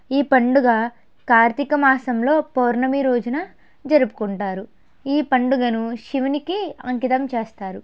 ఈ పండుగ కార్తీక మాసంలో పౌర్ణమి రోజున జరుపుకుంటారు ఈ పండుగను శివునికి అంకితం చేస్తారు